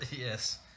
Yes